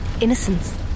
innocence